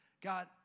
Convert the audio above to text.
God